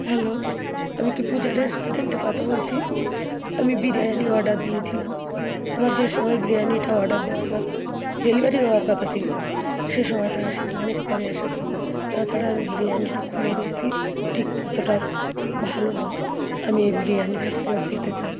hello আমি কি পূজা রেস্টুরেন্টে কথা বলছি আমি বিরিয়ানি অর্ডার দিয়েছিলাম আমার যে সময়ে বিরিয়ানিটা অর্ডার দেওয়ার ডেলিভারি হওয়ার কথা ছিল সে সময়টা আসেনি অনেক পরে এসেছে তাছাড়া আমি বিরিয়ানিটা খুলে দেখছি ঠিক ততটা ভালো নয় আমি এই বিরিয়ানিটা ফেরত দিতে চাই